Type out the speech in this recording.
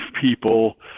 people